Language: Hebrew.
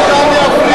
קבוצת מרצ,